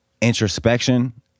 introspection